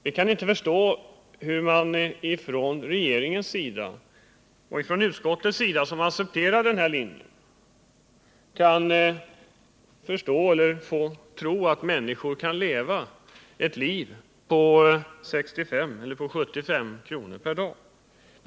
Vi kan inte förstå hur regeringen — och utskottet, som accepterar den här linjen — kan tro att människor kan leva på 65 eller 75 kr. per dag.